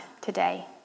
today